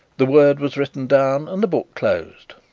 the word was written down and the book closed.